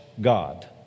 God